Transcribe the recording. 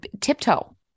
tiptoe